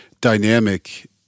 dynamic